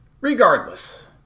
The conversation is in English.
Regardless